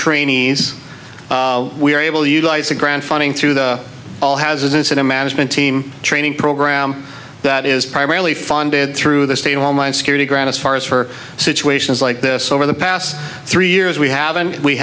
trainees we are able to utilize the grant funding through all has an incident management team training program that is primarily funded through the state homeland security ground as far as for situations like this over the past three years we have and we